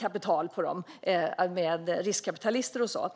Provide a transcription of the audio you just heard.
kapital på dem från riskkapitalister.